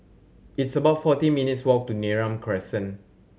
it's about forty minutes' walk to Neram Crescent